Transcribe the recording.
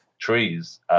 trees